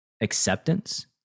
acceptance